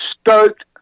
stoked